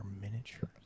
miniatures